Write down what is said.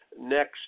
next